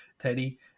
Teddy